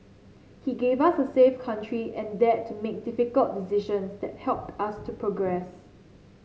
he gave us a safe country and dared to make difficult decisions that helped us to progress